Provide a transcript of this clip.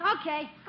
Okay